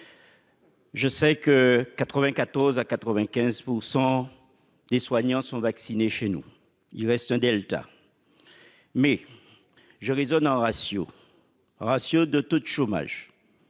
Je sais que 94 à 95 % des soignants sont vaccinés, chez nous il reste Delta mais je vais donnant Ratio ratio de taux de chômage,